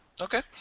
Okay